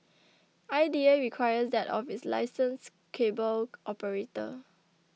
I D A requires that of its licensed cable operator